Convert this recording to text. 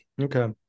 Okay